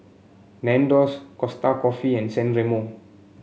Nandos Costa Coffee and San Remo